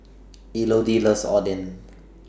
Elodie loves Oden